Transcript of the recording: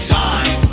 time